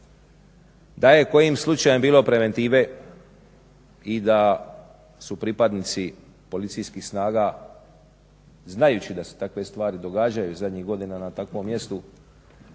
da je kojim slučajem bilo preventive i da su pripadnici policijskih snaga znajući da se takve stvari zadnjih godina na takvom mjestu